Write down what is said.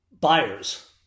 Buyers